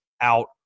out